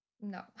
No